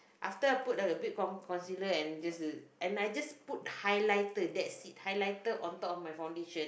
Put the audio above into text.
after I put a bit con~ concealer and this and I just put highlighter that's it highlighter on top of my foundation